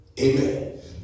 Amen